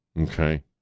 Okay